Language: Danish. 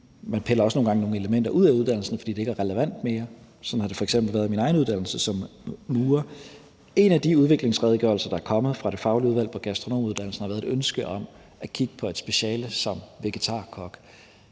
Man piller nogle gange også nogle elementer ud af uddannelserne, fordi de ikke er relevante mere. Sådan har det f.eks. været i min egen uddannelse som murer. En af de udviklingsredegørelser, der er kommet fra Det faglige Udvalg for Gastronomuddannelsen, har været et ønske om at kigge på et speciale som vegetarkok.